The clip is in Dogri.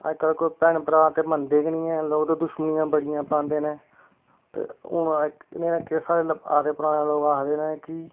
अज्जकल ते कोई भैन भ्राऽ ते मनदे गै नीं ऐ लोक ते दुश्मनियां बड़ियां पांदे ने ते हून केह् साढ़े कोला अस ते पराने लोक आखदे ने कि